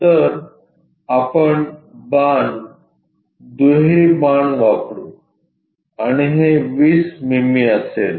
तर आपण बाण दुहेरी बाण वापरु आणि हे 20 मिमी असेल